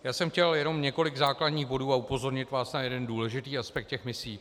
Já jsem chtěl jenom několik základních bodů a upozornit vás na jeden důležitý aspekt těch misí.